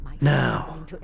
Now